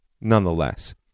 nonetheless